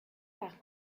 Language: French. par